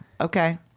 Okay